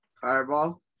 Fireball